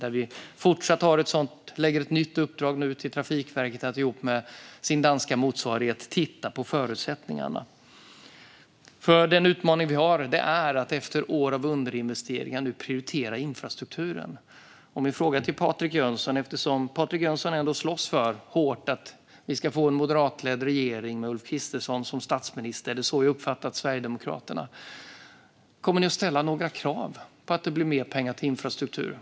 Där lägger vi nu ett nytt uppdrag till Trafikverket att ihop med sin danska motsvarighet titta på förutsättningarna. Den utmaning vi har är att efter år av underinvesteringar nu prioritera infrastrukturen. Jag har en fråga till Patrik Jönsson, eftersom Patrik Jönsson ändå slåss hårt för att vi ska få en moderatledd regering med Ulf Kristersson som statsminister. Det är så jag har uppfattat Sverigedemokraterna. Kommer ni att ställa några krav på att det blir mer pengar till infrastruktur?